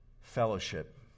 fellowship